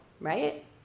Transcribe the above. right